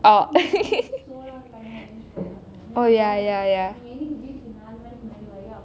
oh oh oh ya ya ya